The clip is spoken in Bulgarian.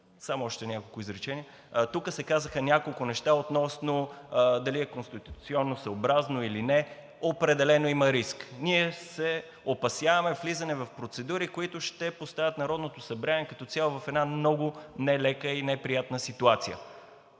Тук се казаха няколко неща относно дали е конституционосъобразно или не – определено има риск. Ние се опасяваме от влизане в процедури, които ще поставят Народното събрание като цяло в една много нелека и неприятна ситуация,